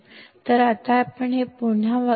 ಇದನ್ನು Vc ಅಥವಾ Vcm ಸೂಚಿಸಲಾಗುತ್ತದೆ